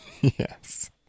Yes